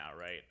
right